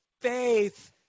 faith